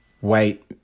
white